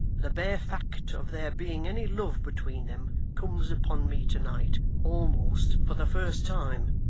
the bare fact of there being any love between them comes upon me to-night, almost for the first time